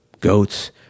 goats